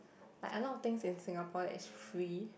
like a lot of things in Singapore that is free